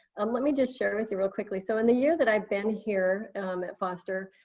um let me just share with you real quickly. so in the year that i've been here um at foster,